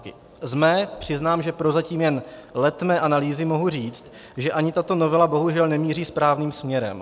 Ze své, přiznám, že prozatím jen letmé analýzy mohu říct, že ani tato novela bohužel nemíří správným směrem.